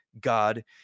God